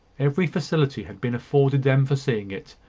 every facility had been afforded them for seeing it,